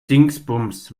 dingsbums